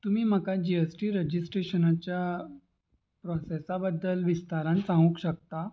तुमी म्हाका G S T रजिस्ट्रेशनाच्या प्रोसेसा बद्दल विस्तारान सांगूंक शकता